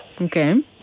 Okay